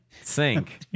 sink